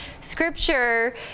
scripture